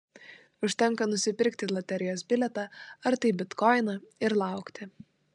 užtenka nusipirkti loterijos bilietą ar tai bitkoiną ir laukti